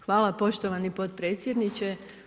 Hvala poštovani potpredsjedniče.